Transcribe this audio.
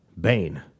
Bane